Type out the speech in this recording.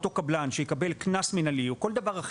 אותו קבלן שיקבל קנס מינהלי או כל דבר אחד